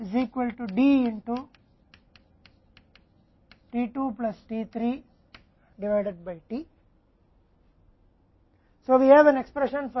इसलिए T से T 2 में P T से 2 D के बराबर T 3 में विभाजित है